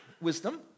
wisdom